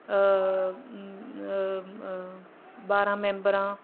ਬਾਰਾਂ ਮੈਂਬਰ ਹਾਂ